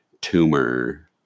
tumor